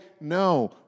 no